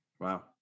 wow